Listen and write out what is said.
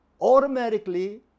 automatically